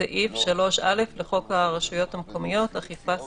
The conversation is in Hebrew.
סעיף 3(א) לחוק הרשויות המקומיות (אכיפה סביבתית,